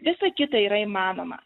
visa kita yra įmanoma